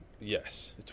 Yes